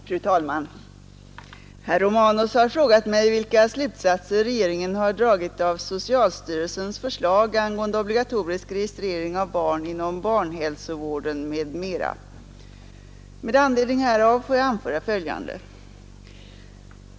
Fru talman! Herr Romanus har frågat mig, vilka slutsatser regeringen har dragit av socialstyrelsens förslag angående obligatorisk registrering av barn inom barnhälsovården m.m. Med anledning härav får jag anföra följande.